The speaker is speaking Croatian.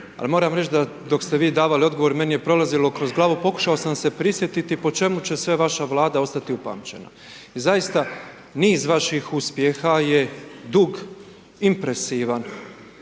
moram reći da dok ste vi davali odgovor, meni je prolazilo kroz glavu, pokušao sam se prisjetiti po čemu će sve vaša Vlada ostati upamćena. I zaista, niz vaših uspjeha je dug, impresivan